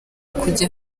kujya